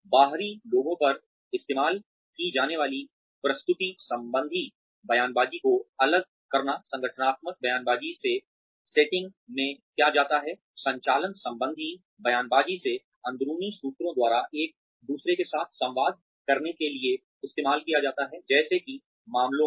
बाहरी लोगों पर इस्तेमाल की जाने वाली प्रस्तुति संबंधी बयानबाज़ी को अलग करना संगठनात्मक बयानबाज़ी से सेटिंग में क्या जाता है संचालन संबंधी बयानबाज़ी से अंदरूनी सूत्रों द्वारा एक दूसरे के साथ संवाद करने के लिए इस्तेमाल किया जाता है जैसे कि मामलों में